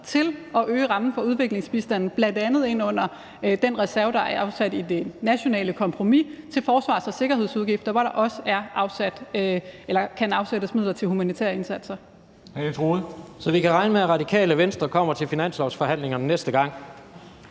til at øge rammen for udviklingsbistanden, bl.a. i den reserve, der er afsat i det nationale kompromis til forsvars- og sikkerhedsudgifter, hvor der også kan afsættes midler til humanitære indsatser. Kl. 13:14 Formanden (Henrik Dam Kristensen):